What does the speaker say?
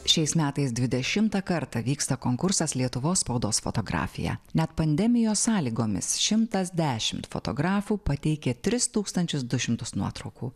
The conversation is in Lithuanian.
šiais metais dvidešimtą kartą vyksta konkursas lietuvos spaudos fotografija net pandemijos sąlygomis šimtas dešimt fotografų pateikė tris tūkstančius du šimtus nuotraukų